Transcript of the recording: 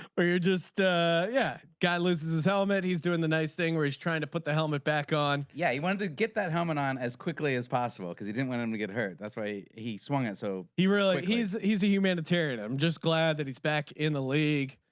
or you're just yeah guy loses his helmet. he's doing the nice thing where he's trying to put the helmet back on. yeah. you want to get that helmet on as quickly as possible because he didn't want him to get hurt. that's why he swung and so he really he's. he's a humanitarian. i'm just glad that he's back in the league.